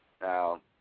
Now